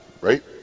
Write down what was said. right